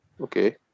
Okay